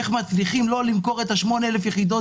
איך להצליח לא למכור את 8,000 יחידות